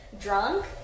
drunk